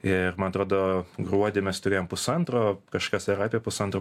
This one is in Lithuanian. ir man atrodo gruodį mes turėjom pusantro kažkas ar apie pusantro